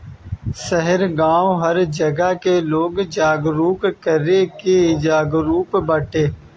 शहर गांव हर जगह लोग के जागरूक करे के जरुरत बाटे